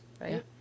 right